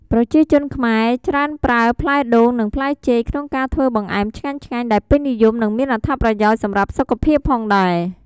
ប្រជាជនខ្មែរច្រើនប្រើផ្លែដូង និងផ្លែចេកក្នុងការធ្វើបង្អែមឆ្ងាញ់ៗ ដែលពេញនិយម និងមានអត្ថប្រយោជន៍សម្រាប់សុខភាពផងដែរ។